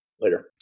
later